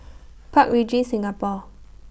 Park Regis Singapore